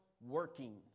working